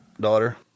Daughter